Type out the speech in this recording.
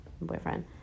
boyfriend